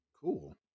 Cool